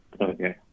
Okay